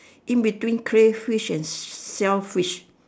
in between crayfish and shellfish